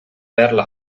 pearl